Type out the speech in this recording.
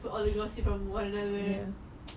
all the girl gossip